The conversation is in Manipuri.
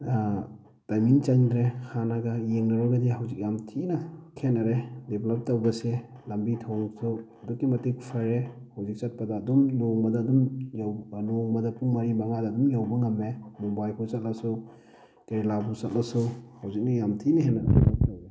ꯇꯥꯏꯃꯤꯡ ꯆꯪꯗ꯭ꯔꯦ ꯍꯥꯟꯅꯒ ꯌꯦꯡꯅꯔꯨꯔꯒꯗꯤ ꯍꯧꯖꯤꯛ ꯌꯥꯝ ꯊꯤꯅ ꯈꯦꯠꯅꯔꯦ ꯗꯤꯕꯂꯞ ꯇꯧꯕꯁꯦ ꯂꯝꯕꯤ ꯊꯣꯡꯁꯨ ꯑꯗꯨꯛꯀꯤ ꯃꯇꯤꯛ ꯐꯔꯦ ꯍꯧꯖꯤꯛ ꯆꯠꯄꯗ ꯑꯗꯨꯝ ꯅꯣꯡꯃꯗ ꯑꯗꯨꯝ ꯌꯧꯕ ꯅꯣꯡꯃꯗ ꯄꯨꯡ ꯃꯔꯤ ꯃꯉꯥꯗ ꯑꯗꯨꯝ ꯌꯧꯕ ꯉꯝꯃꯦ ꯃꯨꯝꯕꯥꯏꯐꯥꯎ ꯆꯠꯂꯁꯨ ꯀꯦꯔꯂꯥꯐꯧ ꯆꯠꯂꯁꯨ ꯍꯧꯖꯤꯛꯅ ꯌꯥꯝ ꯊꯤꯅ ꯍꯦꯟꯅ ꯗꯦꯕꯂꯞ ꯇꯧꯔꯦ